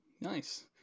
Nice